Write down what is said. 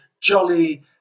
jolly